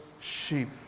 sheep